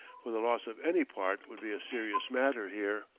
for the loss of any part would be a serious matter here.